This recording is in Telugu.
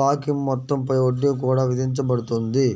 బాకీ మొత్తం పై వడ్డీ కూడా విధించబడుతుంది